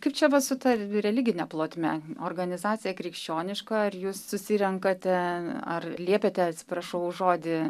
kaip čia va su ta religine plotme organizaciją krikščioniška ar jūs susirenkate ar liepiate atsiprašau už žodį